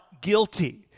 guilty